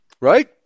Right